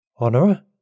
Honora